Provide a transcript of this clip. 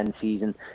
season